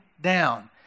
down